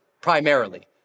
primarily